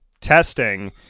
testing